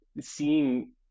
seeing